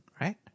right